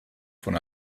von